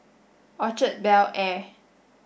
Orchard Bel Air